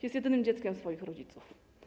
Jest jedynym dzieckiem swoich rodziców.